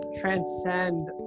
transcend